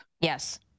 Yes